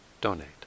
donate